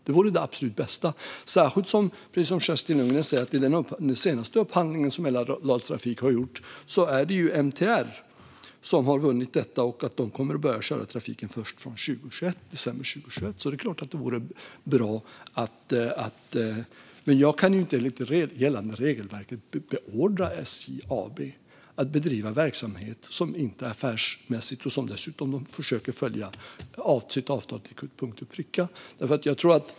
Det vore det absolut bästa, särskilt som det, precis som Kerstin Lundgren säger, i den senaste upphandling som Mälardalstrafik har gjort är MTR som har vunnit men som kommer att börja köra trafiken först från december 2021. Jag kan inte enligt gällande regelverk beordra SJ AB att bedriva verksamhet som inte är affärsmässig. Dessutom försöker de följa sitt avtal till punkt och pricka.